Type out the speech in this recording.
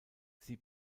sie